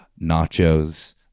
nachos